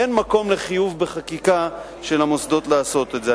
אין מקום לחיוב בחקיקה של המוסדות לעשות את זה.